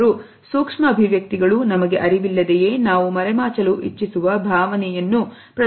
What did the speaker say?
ಆದರೂ ಸೂಕ್ಷ್ಮ ಅಭಿವ್ಯಕ್ತಿಗಳು ನಮಗೆ ಅರಿವಿಲ್ಲದೆಯೇ ನಾವು ಮರೆಮಾಚಲು ಇಚ್ಚಿಸುವ ಭಾವನೆಯನ್ನು ಪ್ರದರ್ಶಿಸಿ ಬಿಡುತ್ತವೆ